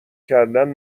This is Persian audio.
کردن